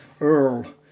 Earl